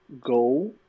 go